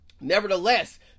Nevertheless